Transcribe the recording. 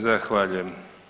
Zahvaljujem.